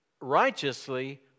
righteously